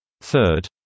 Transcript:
Third